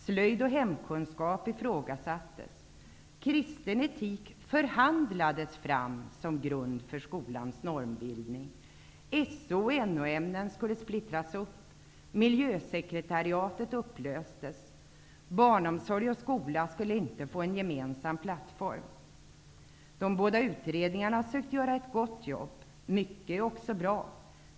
Slöjd och hemkunskap ifrågasattes. Kristen etik förhandlades fram som grund för skolans normbildning. SO och NO-ämnen skulle splittras upp, och miljösekretariatet upplöstes. Barnomsorg och skola skulle inte få en gemensam plattform. De båda utredningarna har försökt göra ett gott jobb. Mycket är också bra.